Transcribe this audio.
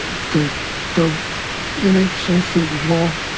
the the innate sense that it was wrong.